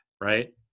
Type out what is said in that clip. right